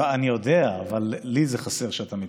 לא, אני יודע, אבל לי זה חסר שאתה מתראיין.